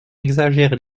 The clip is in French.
exagère